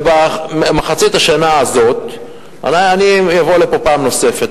ובמחצית השנה הזאת אני אבוא לכאן פעם נוספת,